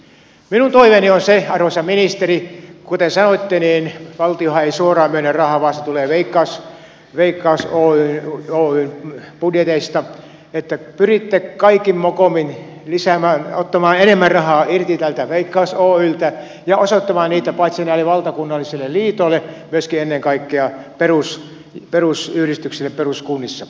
minun toiveeni on se arvoisa ministeri kuten sanoitte valtiohan ei suoraan myönnä rahaa vaan se tulee veikkaus oyn budjeteista että pyritte kaikin mokomin ottamaan enemmän rahaa irti tältä veikkaus oyltä ja osoittamaan sitä paitsi näille valtakunnallisille liitoille myöskin ennen kaikkea perusyhdistyksille peruskunnissa